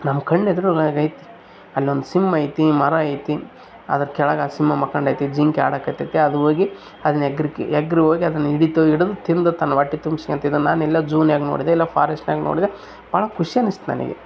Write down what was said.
ನಮ್ಮ ಕಣ್ಣು ಎದುರು ಅಲ್ಲೊಂದು ಸಿಂಹ ಇದೆ ಮರ ಇದೆ ಅದ್ರ ಕೆಳಗೆ ಆ ಸಿಂಹ ಮಲ್ಕಂಡೈತಿ ಜಿಂಕೆ ಆಡಕತ್ತಿದೆ ಅದನ್ನು ಹೋಗಿ ಅದನ್ನು ಎಗ್ರಿ ಎಗ್ರಿ ಹೋಗಿ ಅದ್ನ ಹಿಡಿತು ಹಿಡ್ದು ತಿಂದು ತನ್ನ ಹೊಟ್ಟಿ ತುಂಬಿಸ್ಕೊಂತ್ ಇದನ್ನು ನಾನು ಇಲ್ಲೇ ಜೂನಾಗೆ ನೋಡಿದೆ ಇಲ್ಲ ಫಾರೆಸ್ಟ್ನಾಗೆ ನೋಡಿದೆ ಭಾಳ ಖುಷಿ ಅನಿಸ್ತ್ ನನಗೆ